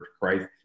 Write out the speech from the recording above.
Christ